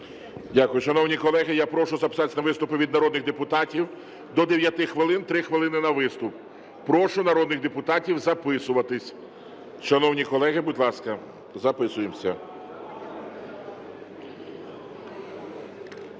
Дякую. Шановні колеги, я прошу записатися на виступи від народних депутатів. До дев'яти хвилин, три хвилини на виступ. Прошу народних депутатів записуватись. Шановні колеги, будь ласка, записуємося.